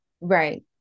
Right